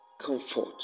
comfort